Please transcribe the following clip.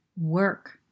work